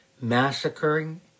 massacring